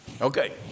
Okay